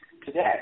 Today